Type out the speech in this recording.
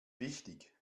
wichtig